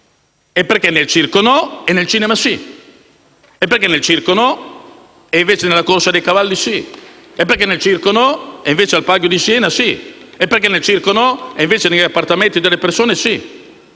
Perché nel circo no e nel cinema sì? Perché nel circo no e nella corsa dei cavalli sì? Perché nel circo no e al palio di Siena sì? Perché nel circo no e negli appartamenti delle persone sì?